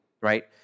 right